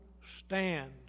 stand